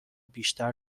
بیشتر